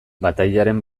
batailaren